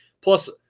plus